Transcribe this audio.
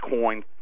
coin